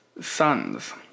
sons